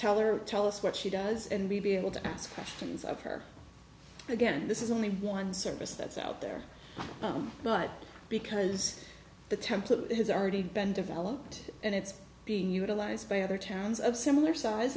tell her tell us what she does and we'll be able to ask questions of her again this is only one service that's out there but because the template has already been developed and it's being utilized by other towns of similar size